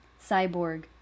Cyborg